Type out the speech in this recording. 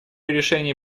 решении